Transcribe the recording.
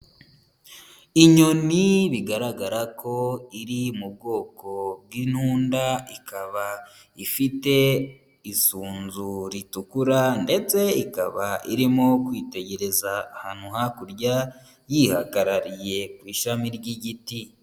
Inyoni bigaragara ko iri mu bwoko bw'intunda, ikaba ifite isunzu ritukura ndetse ikaba irimo kwitegereza ahantu hakurya, yihagarariye ku ishami ry'igiti.